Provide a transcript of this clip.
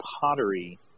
pottery